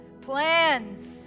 plans